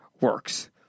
works